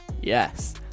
Yes